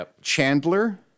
Chandler